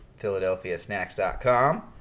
Philadelphiasnacks.com